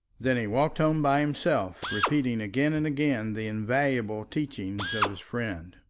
then he walked home by himself, repeating again and again the invaluable teachings of his friend.